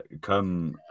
Come